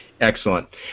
Excellent